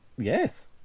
yes